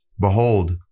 Behold